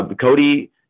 Cody